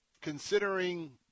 considering